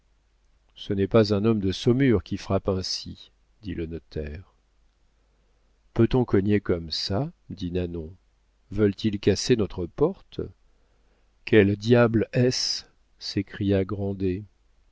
ce n'est pas un homme de saumur qui frappe ainsi dit le notaire peut-on cogner comme ça dit nanon veulent-ils casser notre porte quel diable est-ce s'écria